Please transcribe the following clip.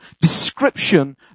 description